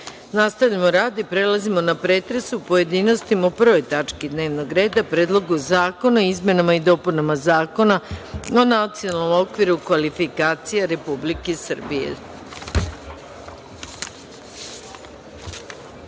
rad. Nastavljamo rad i prelazimo na pretres u pojedinostima po 1. tački dnevnog reda, Predlogu zakona o izmenama i dopunama Zakona o nacionalnom okviru kvalifikacija Republike Srbije. Primili